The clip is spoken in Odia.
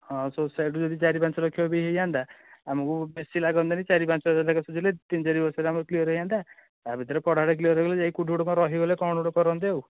ହଁ ସୋସାଇଟିରୁ ଯଦି ଚାରି ପାଞ୍ଚ ଲକ୍ଷ ବି ହୋଇଯାଆନ୍ତା ଆମକୁ ବେଶୀ ଲାଗନ୍ତାନି ଚାରି ପାଞ୍ଚ ହଜାର ଲେଖାଏଁ ସୁଝିଲେ ତିନି ଚାରି ବର୍ଷରେ ଆମର କ୍ଲିୟର୍ ହୋଇଯାଆନ୍ତା ତା ଭିତରେ ପଢ଼ାଟା କ୍ଲିୟର୍ ହୋଇଗଲେ ଯାଇକି କେଉଁଠି ଗୋଟେ କ'ଣ ରହିଗଲେ କ'ଣ ଗୋଟେ କରନ୍ତି ଆଉ